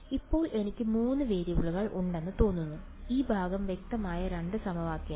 അതിനാൽ ഇപ്പോൾ എനിക്ക് മൂന്ന് വേരിയബിളുകൾ ഉണ്ടെന്ന് തോന്നുന്നു ഈ ഭാഗം വ്യക്തമായ രണ്ട് സമവാക്യങ്ങൾ